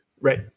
Right